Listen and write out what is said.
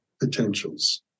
potentials